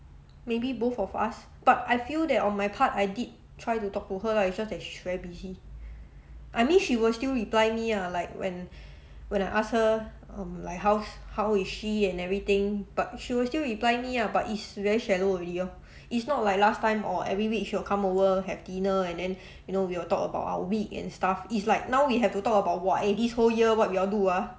maybe both of us but I feel that on my part I did try to talk to her lah it's just that she's very busy I mean she will still reply me ah like when when I ask her um like how how is she and everything but she was still reply me ah but it's very shallow already orh it's not like last time or every week she will come over have dinner and then you know we'll talk about our week and stuff it's like now we have to talk about !wah! eh this whole year what we all do ah